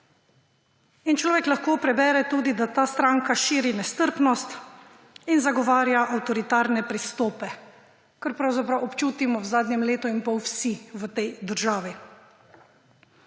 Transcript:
In človek lahko prebere tudi, da ta stranka širi nestrpnost in zagovarja avtoritarne pristope, kar pravzaprav občutimo v zadnjem letu in pol vsi v tej državi.